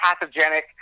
pathogenic